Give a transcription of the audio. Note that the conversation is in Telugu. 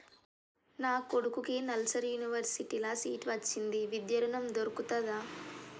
నా కొడుకుకి నల్సార్ యూనివర్సిటీ ల సీట్ వచ్చింది విద్య ఋణం దొర్కుతదా?